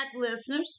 listeners